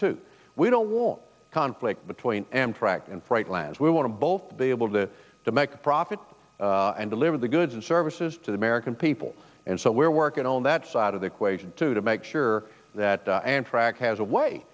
too we don't want conflict between amtrak and freight lands we want to both be able to make a profit and deliver the goods and services to the american people and so we're working on that side of the equation too to make sure that amtrak has a way